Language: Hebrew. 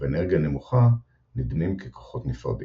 ובאנרגיה נמוכה – נדמים ככוחות נפרדים.